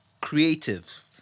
Creative